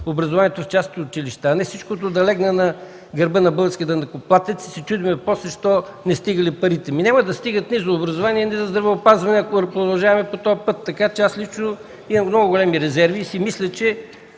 образованието в частните училища, а не всичкото да легне на гърба на българския данъкоплатец и после се чудим защо не стигали парите? Ами няма да стигат нито за образование, нито за здравеопазване, ако продължаваме по този път. Аз лично имам много големи резерви и си мисля, че